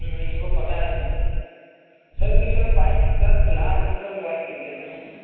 वह पता है हमको सर फिर सर बाइक चला रहे थे तब मोबाईल गिर गया न